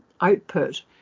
output